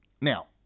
Now